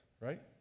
right